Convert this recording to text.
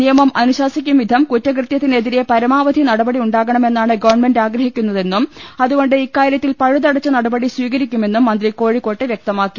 നിയമം അനു ശാസിക്കും വിധം കുറ്റകൃത്യത്തിനെതിരെ പരമാവധി നടപടി ഉണ്ടാകണമെ ന്നാണ് ഗവൺമെന്റ് ആഗ്രഹിക്കുന്നതെന്നും അതുകൊണ്ട് ഇക്കാര്യത്തിൽ പഴുതടച്ച നടപടി സ്വീകരിക്കുമെന്നും മന്ത്രി കോഴിക്കോട്ട് വ്യക്തമാക്കി